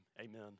amen